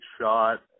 shot